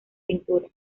pintura